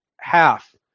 half